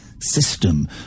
system